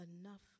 enough